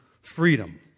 freedom